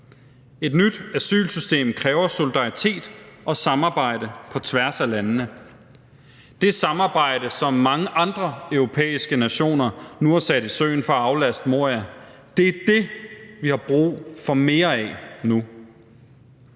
Et nyt asylsystem kræver solidaritet og samarbejde på tværs af landene. Det samarbejde, som mange andre europæiske nationer nu har sat i søen for at aflaste Moria, er det, vi har brug for mere af nu.